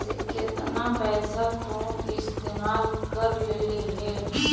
से केतना पैसा तु इस्तेमाल कर लेले हे